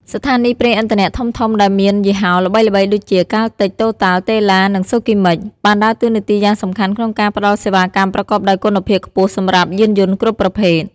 ស្ថានីយ៍ប្រេងឥន្ធនៈធំៗដែលមានយីហោល្បីៗដូចជា កាល់តិច , តូតាល់ , តេឡា និង សូគីម៉ិច បានដើរតួនាទីយ៉ាងសំខាន់ក្នុងការផ្តល់សេវាកម្មប្រកបដោយគុណភាពខ្ពស់សម្រាប់យានយន្តគ្រប់ប្រភេទ។